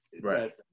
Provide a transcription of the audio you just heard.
Right